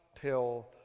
pill